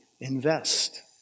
invest